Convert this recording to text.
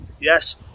Yes